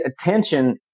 attention